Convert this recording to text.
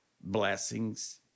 blessings